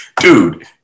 dude